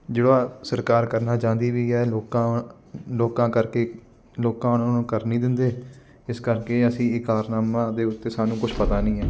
ਜਿਹੜਾ ਸਰਕਾਰ ਕਰਨਾ ਚਾਹੁੰਦੀ ਵੀ ਹੈ ਲੋਕਾਂ ਲੋਕਾਂ ਕਰਕੇ ਲੋਕਾਂ ਉਹਨਾਂ ਨੂੰ ਕਰਨ ਨਹੀਂ ਦਿੰਦੇ ਇਸ ਕਰਕੇ ਅਸੀਂ ਇੱਕਰਾਰਨਾਮਾ ਦੇ ਉੱਤੇ ਸਾਨੂੰ ਕੁਝ ਪਤਾ ਨਹੀਂ ਹੈ